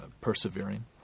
persevering